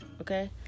Okay